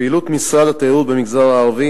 פעילות משרד התיירות במגזר הערבי